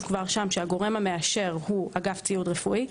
כבר שם שהגורם המאשר הוא אגף ציוד רפואי.